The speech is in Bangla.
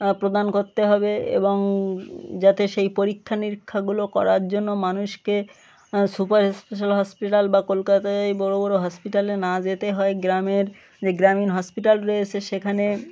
প্রদান করতে হবে এবং যাতে সেই পরীক্ষা নিরীক্ষাগুলো করার জন্য মানুষকে সুপার স্পেশাল হসপিটাল বা কলকাতায় বড় বড় হসপিটালে না যেতে হয় গ্রামের যে গ্রামীণ হসপিটাল রয়েছে সেখানে